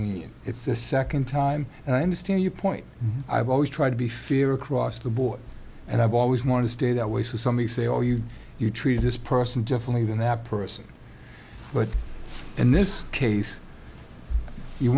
and it's the second time and i understand your point i've always tried to be fear across the board and i've always wanted to stay that way so somebody say oh you you treat this person differently than that person but in this case you